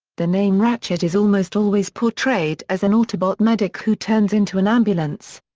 the name ratchet is almost always portrayed as an autobot medic who turns into an ambulance.